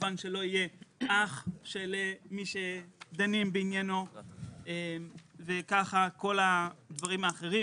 כמובן שלא יהיה אח של מי שדנים בעניינו וכך כל הדברים האחרים,